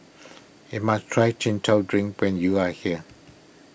you must try Chin Chow Drink when you are here